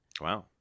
wow